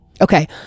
Okay